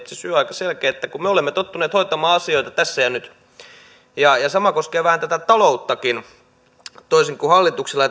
se syy on aika selkeä että me olemme tottuneet hoitamaan asioita tässä ja nyt ja sama koskee vähän tätä talouttakin toisin kuin hallituksella